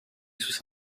sus